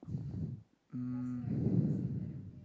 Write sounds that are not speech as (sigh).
(breath) um (breath)